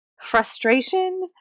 frustration